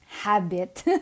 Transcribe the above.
habit